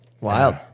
Wild